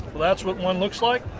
that's what one looks like.